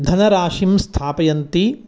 धनराशिं स्थापयन्ति